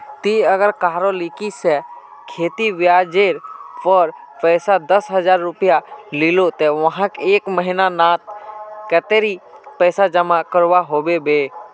ती अगर कहारो लिकी से खेती ब्याज जेर पोर पैसा दस हजार रुपया लिलो ते वाहक एक महीना नात कतेरी पैसा जमा करवा होबे बे?